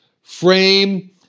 Frame